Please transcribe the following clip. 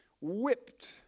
Whipped